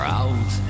out